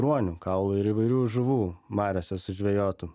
ruonių kaulų ir įvairių žuvų mariose sužvejotų